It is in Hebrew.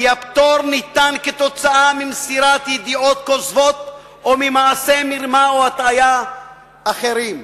הפטור ניתן כתוצאה ממסירת ידיעות כוזבות או ממעשי מרמה או הטעיה אחרים.